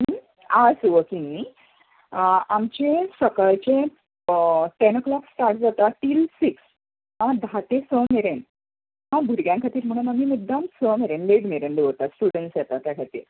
hours working न्ही आमचें सकाळचें टेनाॅक्लाॅक स्टार्ट जाता टील सीक्स आं धा ते स मेरेन आं भुरग्यां खातीर आमी मुद्दाम स मेरेन लेट मेरेन दवरतात स्टुडंट्स येता त्या खातीर